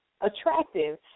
attractive